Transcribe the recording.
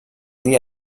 dia